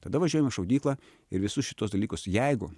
tada važiuojam į šaudyklą ir visus šituos dalykus jeigu